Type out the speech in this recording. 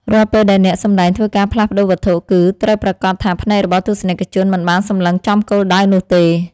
រាល់ពេលដែលអ្នកសម្តែងធ្វើការផ្លាស់ប្តូរវត្ថុគឺ ត្រូវប្រាកដថាភ្នែករបស់ទស្សនិកជនមិនបានសម្លឹងចំគោលដៅនោះទេ។